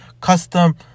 custom